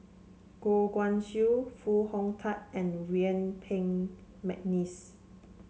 Goh Guan Siew Foo Hong Tatt and Yuen Peng McNeice